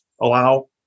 allow